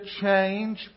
change